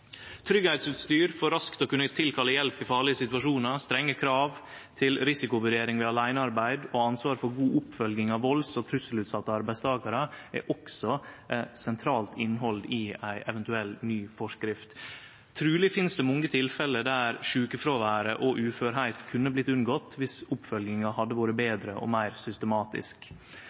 for raskt å kunne tilkalle hjelp i farlege situasjonar, strenge krav til risikovurdering ved aleinearbeid og ansvar for god oppfølging av valds- og trusselutsette arbeidstakarar er også sentralt innhald i ei eventuell ny forskrift. Truleg finst det mange tilfelle der sjukefråveret og uførleik kunne vorte unngått dersom oppfølginga hadde vore betre og meir systematisk.